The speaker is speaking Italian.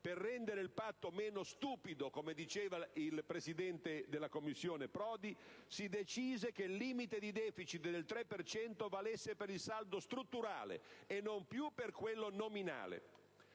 per rendere il Patto meno "stupido" - come diceva il presidente della Commissione Prodi - si decise che il limite di *deficit* del 3 per cento valesse per il saldo strutturale, e non più per quello nominale.